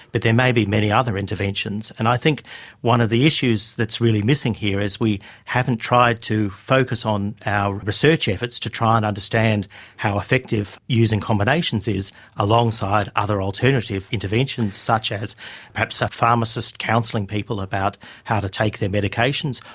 but there may be many other interventions. and i think one of the issues that is really missing here is we haven't tried to focus on our research efforts to try and understand how effective using combinations is alongside other alternative interventions such as perhaps a pharmacist counselling people about how to take their medications,